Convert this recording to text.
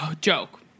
joke